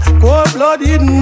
cold-blooded